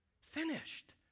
Finished